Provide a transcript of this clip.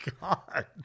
God